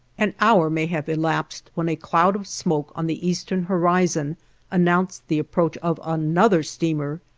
an hour may have elapsed when a cloud of smoke on the eastern horizon announced the approach of another steamer,